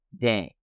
day